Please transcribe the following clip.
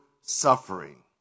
suffering